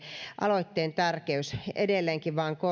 aloitteen tärkeys edelleenkin vain